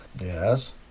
Yes